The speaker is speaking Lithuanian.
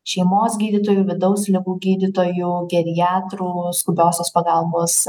šeimos gydytojų vidaus ligų gydytojų geriatrų skubiosios pagalbos